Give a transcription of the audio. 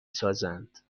سازند